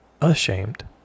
ashamed